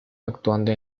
actuando